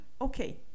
okay